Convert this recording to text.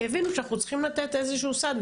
כי הבינו שאנחנו צריכים לתת איזשהו ---.